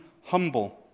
humble